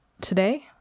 today